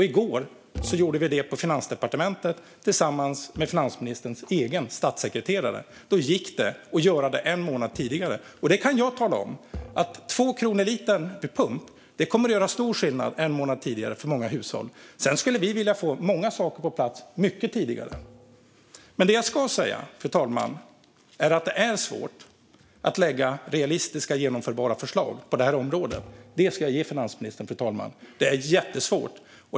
I går gjorde vi det på Finansdepartementet tillsammans med finansministerns egen statssekreterare. Då gick det att göra en månad tidigare. Jag kan tala om att två kronor litern vid pump en månad tidigare kommer att göra stor skillnad för många hushåll. Men vi skulle vilja få många saker på plats mycket tidigare. Fru talman! Det är jättesvårt att lägga fram realistiska och genomförbara förslag på detta område. Det ska ge finansministern.